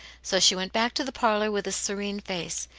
so she went back to the parlour with a serene face,